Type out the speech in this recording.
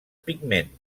pigment